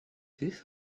this